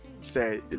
say